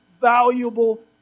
valuable